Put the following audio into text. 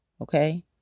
okay